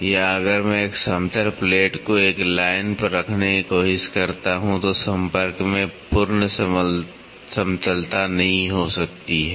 या अगर मैं एक समतल प्लेट （plate）को एक लाइन पर रखने की कोशिश करता हूं तो संपर्क में पूर्ण समतलता नहीं हो सकती है